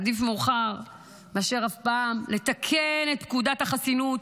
עדיף מאוחר מאשר אף פעם, לתקן את פקודת החסינות